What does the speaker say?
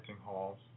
halls